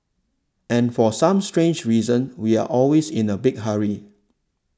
and for some strange reasons we are always in a big hurry